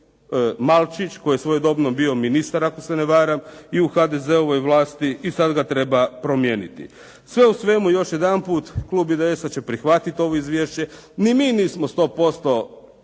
Malčić, koji je svojedobno bio ministar ako se ne varam, i u HDZ-ovoj vlasti i sad ga treba promijeniti. Sve u svemu, još jedanput klub IDS-a će prihvatiti ovo izvješće. Ni mi nismo 100% s